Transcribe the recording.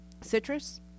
citrus